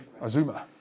Azuma